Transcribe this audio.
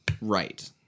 Right